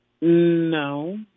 No